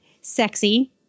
sexy